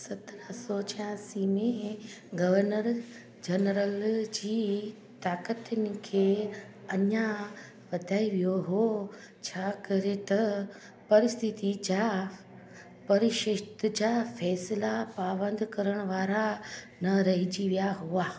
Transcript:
सत्रहं सौ छियासी में गवर्नर जनरल जी ताक़तुनि खे अञा वधायो वियो हो छाकरे त परिषदु जा फैसला पाबंदु करणु वारा न रहजी विया हुआ